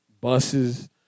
buses